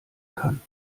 kann